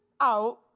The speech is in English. out